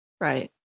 Right